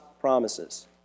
promises